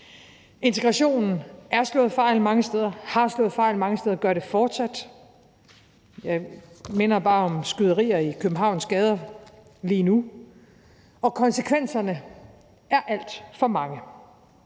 Integrationen har slået fejl mange steder og gør det fortsat. Jeg minder bare om skyderier i Københavns gader lige nu. Og konsekvenserne er alt for mange.